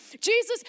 Jesus